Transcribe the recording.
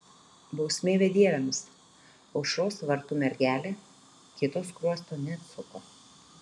bausmė bedieviams aušros vartų mergelė kito skruosto neatsuko